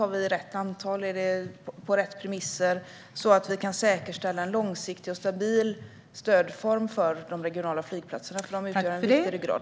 Har vi rätt antal? Är det på rätt premisser, så att vi kan säkerställa en långsiktig och stabil stödform för de regionala flygplatserna? Dessa utgör en viktig ryggrad.